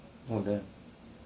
oh then